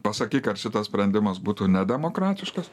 pasakyk ar šitas sprendimas būtų nedemokratiškas